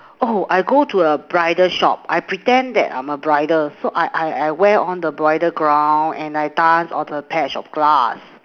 oh I go to a bridal shop I pretend that I am a bridal so I I I wear on the bridal gown and I dance on the patch of grass